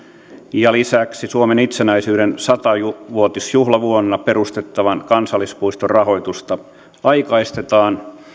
lisäksi suomen itsenäisyyden sata vuotisjuhlavuonna perustettavan kansallispuiston rahoitusta aikaistetaan